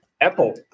Apple